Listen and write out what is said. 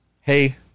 Hey